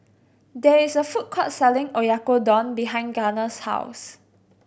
there is a food court selling Oyakodon behind Garner's house